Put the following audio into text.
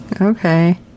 Okay